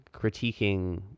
Critiquing